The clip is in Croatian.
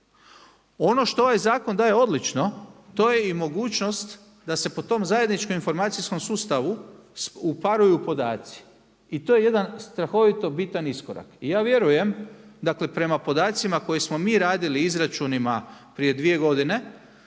Ono što je zakon daje odlično, to je i mogućnost da se po tom zajedničkom informacijskom sustavu, uparuju podaci i to je jedan strahovito bitan iskorak. I ja vjerujem, dakle prema podacima koje smo mi radili i izračunima, prije 2 godine,